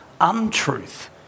untruth